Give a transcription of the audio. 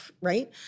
Right